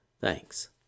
Thanks